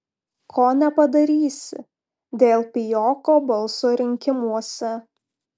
ko nepadarysi dėl pijoko balso rinkimuose